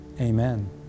amen